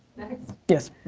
next? yes.